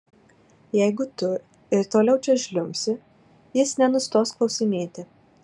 jeigu tu ir toliau čia žliumbsi jis nenustos klausinėti